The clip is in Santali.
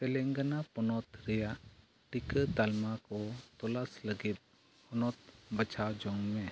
ᱛᱮᱞᱮᱝᱜᱟᱱᱟ ᱯᱚᱱᱚᱛ ᱨᱮᱱᱟᱜ ᱴᱤᱠᱟᱹ ᱛᱟᱞᱢᱟᱠᱚ ᱛᱚᱞᱟᱥ ᱞᱟᱹᱜᱤᱫ ᱦᱚᱱᱚᱛ ᱵᱟᱪᱷᱟᱣ ᱡᱚᱝᱢᱮ